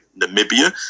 Namibia